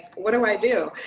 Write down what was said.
what do i do?